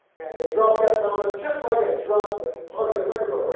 and they dropped that promise just like i dropped part of this